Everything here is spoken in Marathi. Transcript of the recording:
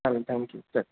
चालेल थँक्यू चालेल